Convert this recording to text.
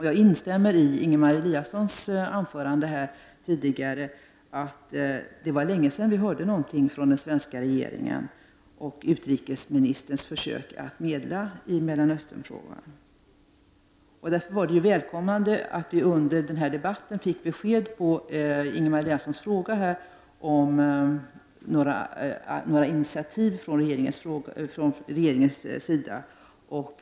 Jag instämmer i Ingemar Eliassons yttrande tidigare, att det var länge sedan vi hörde något från den svenska regeringen och om utrikesministerns försök att medla i Mellanösternfrågan. Därför var det välkommet att vi under denna debatt fick ett svar på Ingemar Eliassons fråga om några initiativ hade tagits av regeringen. Bl.